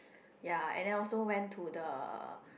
ya and I also went to the